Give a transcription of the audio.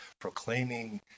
proclaiming